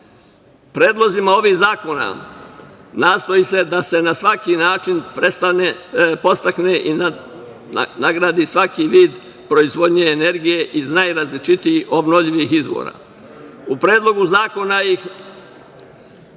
života. Predlozima ovih zakona nastoji se da se na svaki način podstakne i nagradi svaki vid proizvodnje energije iz najrazličitijih obnovljivih izvora.U Predlogu zakona ih